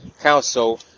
Council